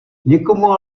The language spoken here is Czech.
někomu